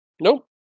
Nope